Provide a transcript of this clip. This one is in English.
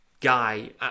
Guy